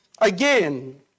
Again